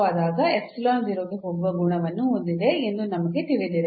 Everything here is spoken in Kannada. ಆದಾಗ 0 ಗೆ ಹೋಗುವ ಗುಣವನ್ನು ಹೊಂದಿದೆ ಎಂದು ನಮಗೆ ತಿಳಿದಿದೆ